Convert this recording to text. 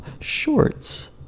Shorts